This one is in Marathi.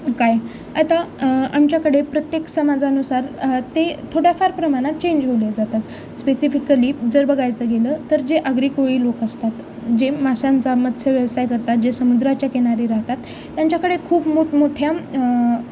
काय आता आमच्याकडे प्रत्येक समाजानुसार ते थोड्याफार प्रमाणात चेंज होत जातात स्पेसिफिकली जर बघायचं गेलं तर जे आगरी कोळी लोक असतात जे माश्यांचा मत्स्यव्यवसाय करतात जे समुद्राच्या किनारी राहतात त्यांच्याकडे खूप मोठमोठ्या